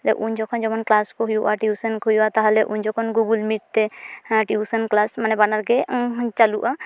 ᱩᱱ ᱡᱚᱠᱷᱚᱱ ᱡᱮᱢᱚᱱ ᱠᱞᱟᱥᱠᱚ ᱦᱩᱭᱩᱜᱼᱟ ᱴᱤᱣᱥᱚᱱᱠᱚ ᱦᱩᱭᱩᱜᱼᱟ ᱛᱟᱦᱚᱞᱮ ᱩᱱ ᱡᱚᱠᱷᱚᱱ ᱜᱩᱜᱩᱞ ᱢᱤᱴᱛᱮ ᱴᱤᱣᱥᱚᱱ ᱠᱞᱟᱥ ᱢᱟᱱᱮ ᱵᱟᱱᱟᱨᱜᱮ ᱪᱟᱹᱞᱩᱜᱼᱟ